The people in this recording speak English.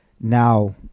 Now